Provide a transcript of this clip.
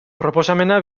proposamena